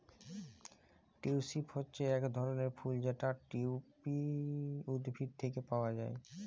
tulip হচ্যে এক ধরলের ফুল যেটা টিউলিপ উদ্ভিদ থেক্যে পাওয়া হ্যয়